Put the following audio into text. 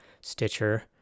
Stitcher